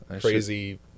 crazy